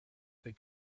that